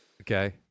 Okay